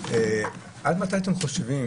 עד מתי אתם חושבים